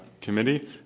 Committee